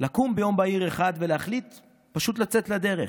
לקום ביום בהיר אחד ולהחליט פשוט לצאת לדרך,